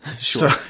Sure